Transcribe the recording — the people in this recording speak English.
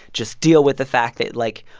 just deal with the fact that, like,